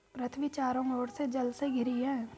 पृथ्वी चारों ओर से जल से घिरी है